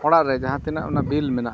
ᱚᱲᱟᱜᱨᱮ ᱡᱟᱦᱟᱸ ᱛᱤᱱᱟᱹᱜ ᱚᱱᱟ ᱢᱮᱱᱟᱜᱼᱟ